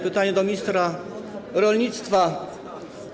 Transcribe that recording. Pytanie do ministra rolnictwa.